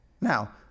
Now